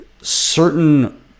certain